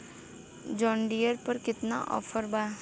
John Deere पर केतना offer बा?